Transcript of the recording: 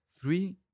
three